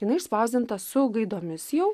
jinai išspausdinta su gaidomis jau